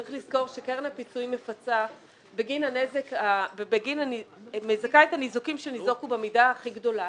צריך לזכור שקרן הפיצויים מזכה את הניזוקים שניזוקו במידה הכי גדולה.